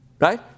right